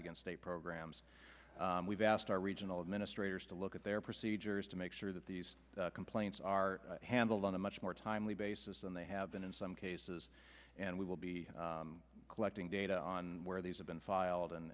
against a programs we've asked our regional administrators to look at their procedures to make sure that these complaints are handled on a much more timely basis than they have been in some cases and we will be collecting data on where these have been filed and